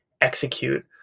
execute